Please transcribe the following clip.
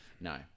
No